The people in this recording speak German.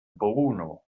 bruno